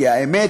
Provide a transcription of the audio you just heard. כי האמת,